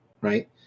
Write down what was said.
right